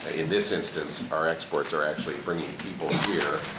in this instance, our exports are actually bringing people here